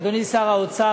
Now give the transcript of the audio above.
אדוני שר האוצר,